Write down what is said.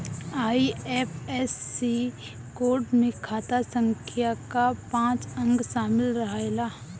IFSC code में खाता संख्या कअ पांच अंक शामिल रहेला